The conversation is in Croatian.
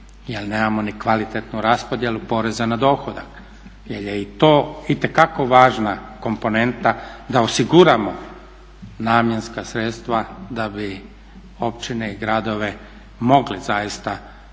jer nemamo ni kvalitetnu raspodjelu poreza na dohodak, jer je i to itekako važna komponenta da osiguramo namjenska sredstva da bi općine i gradove mogle zaista kvalitetno